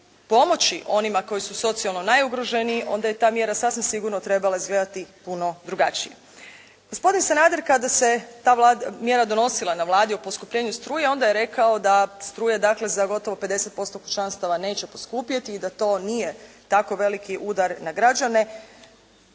pomoći onima koji su socijalno najugroženiji onda je ta mjera sasvim sigurno trebala izgledati puno drugačije. Gospodin Sanader kada se ta mjera donosila na Vladi o poskupljenju struje onda je rekao da struja dakle za gotovo 50% kućanstava neće poskupjeti i da to nije tako veliki udar na građane